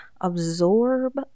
absorb